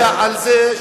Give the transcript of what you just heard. וכל העולם יודע על זה,